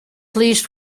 least